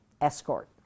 escort